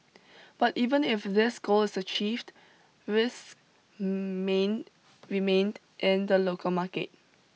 but even if this goal is achieved risks main remained in the local market